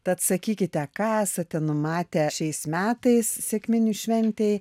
tad sakykite ką esate numatę šiais metais sekminių šventėj